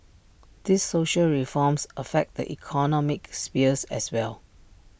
these social reforms affect the economic sphere as well